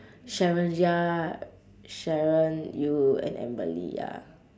sharon ya sharon you and emily ya